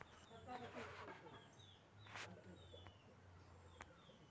अम्याचा जास्त उत्पन्न होवचासाठी कसला खत वापरू?